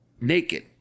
naked